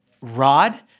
Rod